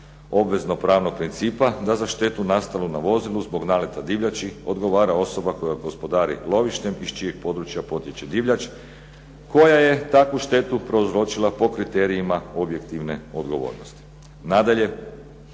obvezno-pravnog principa da za štetu nastalu na vozilu zbog naleta divljači odgovara osoba koja gospodari lovištem iz čijeg područja potječe divljač koja je takvu štetu prouzročila po kriterijima objektivne odgovornosti. Nadalje,